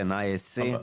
ISC,